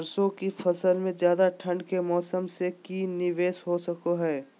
सरसों की फसल में ज्यादा ठंड के मौसम से की निवेस हो सको हय?